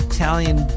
Italian